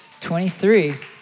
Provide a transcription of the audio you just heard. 23